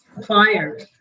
suppliers